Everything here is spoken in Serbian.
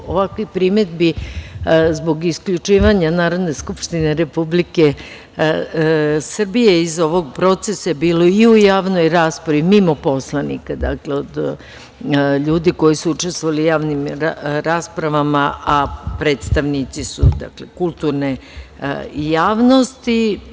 Ovakvih primedbi zbog isključivanja Narodne skupštine Republike Srbije iz ovog procesa je bilo i u javnoj raspravi, mimo poslanika, dakle, od ljudi koji su učestvovali u javnim raspravama, a predstavnici su kulturne javnosti.